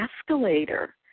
escalator